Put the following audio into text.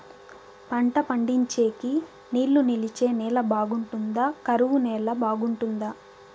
పంట పండించేకి నీళ్లు నిలిచే నేల బాగుంటుందా? కరువు నేల బాగుంటుందా?